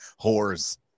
whores